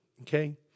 okay